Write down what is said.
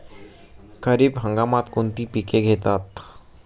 खरीप हंगामात कोणती पिके घेतात?